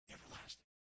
Everlasting